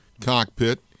cockpit